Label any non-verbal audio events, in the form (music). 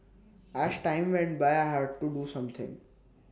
(noise) as time went by I had to do something